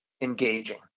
engaging